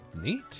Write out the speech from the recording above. Neat